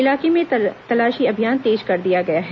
इलाके में तलाशी अभियान तेज कर दिया गया है